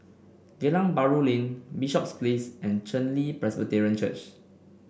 Geylang Bahru Lane Bishops Place and Chen Li Presbyterian Church